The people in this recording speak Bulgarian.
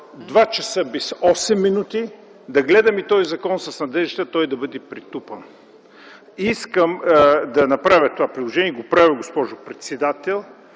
2 часа без 8 минути да гледаме този закон с надеждата той да бъде претупан. Искам да направя това предложение и го правя, госпожо председател.